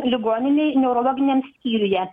ligoninėj neurologiniam skyriuje